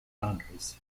boundaries